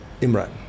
Imran